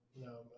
No